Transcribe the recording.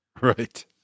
Right